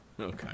Okay